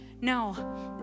no